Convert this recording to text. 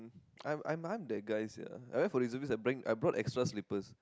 I'm I'm I'm that guy sia I went for reservist I bring I brought extra slippers